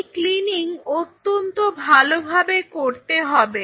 এই ক্লিনিং অত্যন্ত ভালোভাবে করতে হবে